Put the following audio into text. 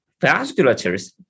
vasculatures